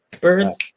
Birds